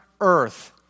earth